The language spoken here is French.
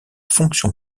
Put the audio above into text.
fonction